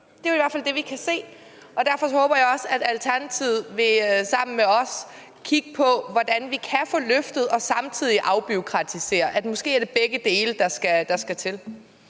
Det er i hvert fald det, vi kan se. Derfor håber jeg også, at Alternativet sammen med os vil kigge på, hvordan vi kan få løftet og samtidig afbureaukratisere. Måske er det begge dele, der skal til.